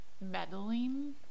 meddling